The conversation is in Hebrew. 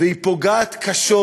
והיא פוגעת קשות,